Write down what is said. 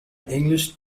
english